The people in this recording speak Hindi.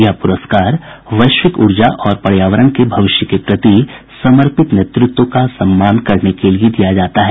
यह प्रस्कार वैश्विक ऊर्जा और पर्यावरण के भविष्य के प्रति समर्पित नेतृत्व का सम्मान करने के लिए दिया जाता है